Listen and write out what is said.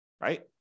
right